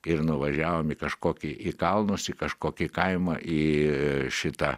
ir nuvažiavom į kažkokį į kalnus į kažkokį kaimą į šitą